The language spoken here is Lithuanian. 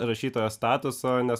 rašytojo statuso nes